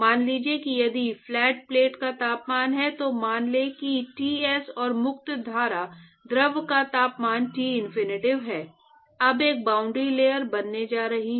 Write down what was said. मान लीजिए कि यदि फ्लैट प्लेट का तापमान है तो मान लें कि Ts और मुक्त धारा द्रव का तापमान टिनफिनिटी है अब एक बाउंड्री लेयर बनने जा रही है